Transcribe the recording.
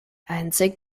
einzig